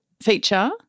feature